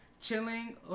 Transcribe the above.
chilling